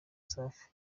safi